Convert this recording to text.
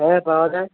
হ্যাঁ পাওয়া যায়